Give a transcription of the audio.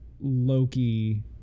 Loki